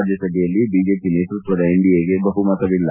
ರಾಜ್ಲಸಭೆಯಲ್ಲಿ BJP ನೇತೃತ್ವದ ಎನ್ಡಿಎಗೆ ಬಹುಮತವಿಲ್ಲ